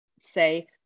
say